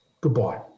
Goodbye